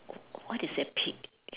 what is a pi~